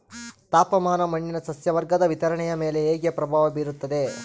ತಾಪಮಾನ ಮಣ್ಣಿನ ಸಸ್ಯವರ್ಗದ ವಿತರಣೆಯ ಮೇಲೆ ಹೇಗೆ ಪ್ರಭಾವ ಬೇರುತ್ತದೆ?